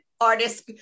artists